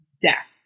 death